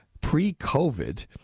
pre-COVID